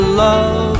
love